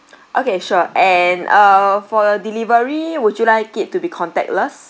okay sure and uh for your delivery would you like it to be contactless